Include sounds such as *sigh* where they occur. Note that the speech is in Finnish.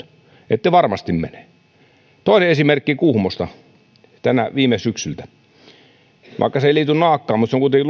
ette varmasti mene toinen esimerkki kuhmosta viime syksyltä se ei liity naakkaan mutta se on kuitenkin *unintelligible*